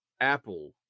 apple